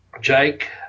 Jake